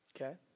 Okay